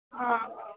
आं